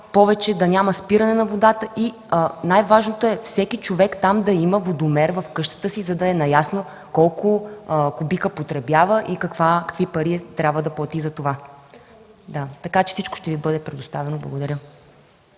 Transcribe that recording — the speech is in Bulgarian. повече да няма спиране на водата и най-важното е всеки човек там да има водомер в къщата си, за да е наясно колко кубика потребява и какви пари трябва да плати за това. Всичко ще Ви бъде предоставено. Благодаря.